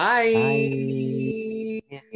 Bye